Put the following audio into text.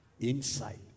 inside